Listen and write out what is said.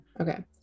Okay